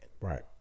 right